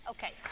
Okay